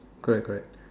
correct correct